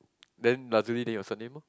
then Lazuli then your surname lor